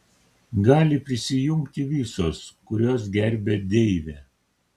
gali prisijungti visos kurios gerbia deivę